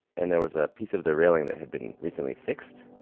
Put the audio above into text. and there was a piece of the railing that had been recently fixed.